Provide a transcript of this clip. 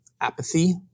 apathy